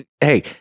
Hey